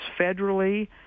federally